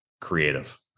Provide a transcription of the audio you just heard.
creative